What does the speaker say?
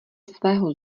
svého